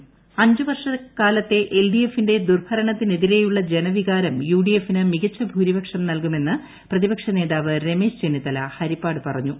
രമേശ് ചെന്നിത്തല അഞ്ചുവർഷക്കാലത്തെടുഎൽ ഡി എഫിന്റെ ദുർഭരണത്തിനെതിരെയുള്ള് ജനവികാരം യുഡിഎഫിന് മികച്ച ഭൂരിപക്ഷം നൽകുമെന്ന് പ്രതിപക്ഷ നേതാവ് രമേശ് ചെന്നിത്തല ഹരിപ്പാട് പറഞ്ഞു